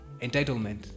Entitlement